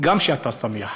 כשאתה שמח.